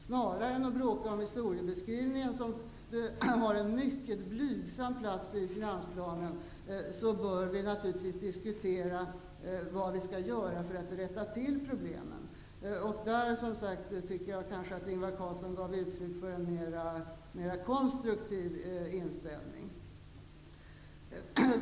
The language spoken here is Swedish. Snarare än att bråka om historiebeskrivningen, som har en mycket blygsam plats i finansplanen, bör vi naturligtvis diskutera vad vi skall göra för att rätta till problemen -- där visade Ingvar Carlsson en mer konstruktiv inställning.